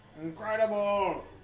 Incredible